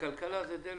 הכלכלה זה דלק.